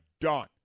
done